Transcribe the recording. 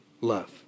love